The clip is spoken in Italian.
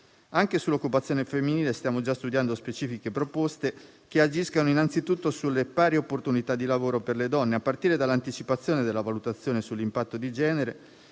Anche sull'occupazione femminile stiamo già studiando specifiche proposte che agiscano innanzitutto sulle pari opportunità di lavoro per le donne, a partire dall'anticipazione della valutazione sull'impatto di genere,